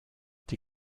die